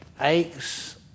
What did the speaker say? aches